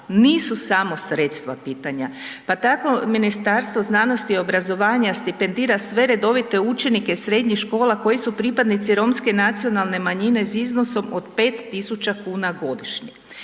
nisu samo sredstva pitanja. Pa tako Ministarstvo znanosti i obrazovanja stipendira sve redovite učenike srednjih škola koji su pripadnici romske nacionalne manjine s iznosom od 5.000,00 kn godišnje.